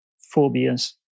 phobias